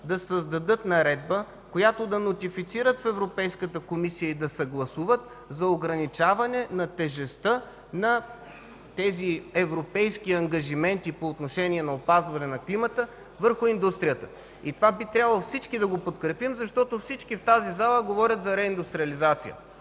да създадат наредба, която да нотифицират в Европейската комисия и да съгласуват за ограничаване на тежестта на тези европейски ангажименти по отношение на опазване на климата върху индустрията. И това би трябвало всички да го подкрепим, защото всички в тази зала говорят за реиндустриализация.